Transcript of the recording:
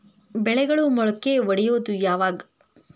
ಬೆಳೆಗಳು ಮೊಳಕೆ ಒಡಿಯೋದ್ ಯಾವಾಗ್?